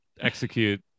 execute